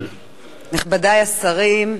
נכבדי השרים,